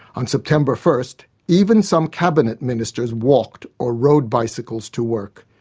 on september first even some cabinet ministers walked or rode bicycles to work.